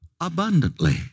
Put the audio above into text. abundantly